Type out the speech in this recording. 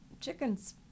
chickens